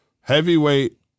heavyweight